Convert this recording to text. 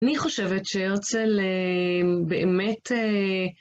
אני חושבת שהרצל באמת...